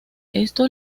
esto